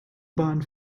bahn